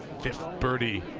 fifth birdie